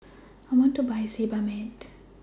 I want to Buy Sebamed